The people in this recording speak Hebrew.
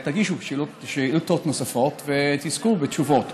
תגישו שאילתות נוספות ותזכו לתשובות.